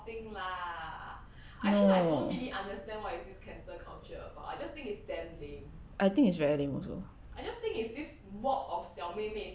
hmm I think it's very lame also